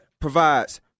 provides